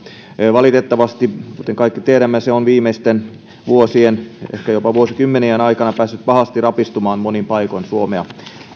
valitettavasti kuten kaikki tiedämme se on viimeisten vuosien ehkä jopa vuosikymmenien aikana päässyt pahasti rapistumaan monin paikoin suomea